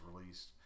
released